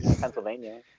Pennsylvania